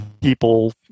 people